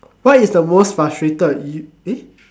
what is the most frustrated you eh